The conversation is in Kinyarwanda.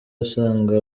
usanga